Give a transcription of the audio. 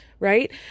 Right